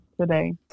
today